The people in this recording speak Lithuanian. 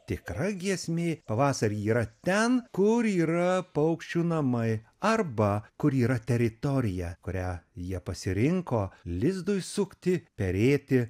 tikra giesmė pavasarį yra ten kur yra paukščių namai arba kur yra teritorija kurią jie pasirinko lizdui sukti perėti